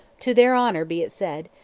to their honour be it said,